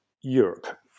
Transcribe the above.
Europe